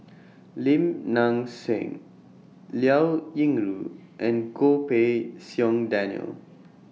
Lim Nang Seng Liao Yingru and Goh Pei Siong Daniel